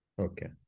Okay